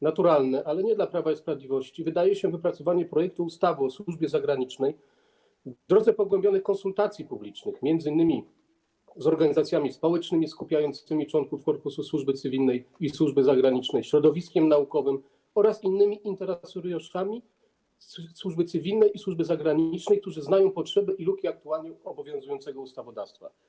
Naturalne, ale nie dla Prawa i Sprawiedliwości, wydaje się wypracowanie projektu ustawy o służbie zagranicznej w drodze pogłębionych konsultacji publicznych, m.in. z organizacjami społecznymi skupiającymi członków korpusu służby cywilnej i służby zagranicznej, ze środowiskiem naukowym oraz z innymi interesariuszami służby cywilnej i służby zagranicznej, którzy znają potrzeby i luki aktualnie obowiązującego ustawodawstwa.